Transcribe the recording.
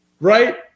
right